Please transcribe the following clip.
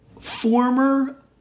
former